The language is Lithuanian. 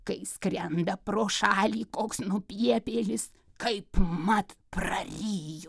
kai skrenda pro šalį koks nupiepėlis kaipmat praryju